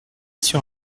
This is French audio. sur